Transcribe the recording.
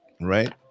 Right